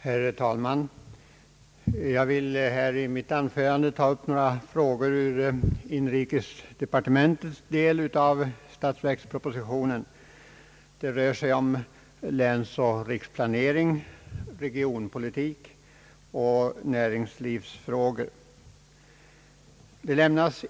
Herr talman! Jag vill i mitt anförande ta upp några frågor som berör inrikesdepartementets del av statsverkspropositionen. Det gäller länsoch riksplanering, regionpolitik och näringslivsfrågor.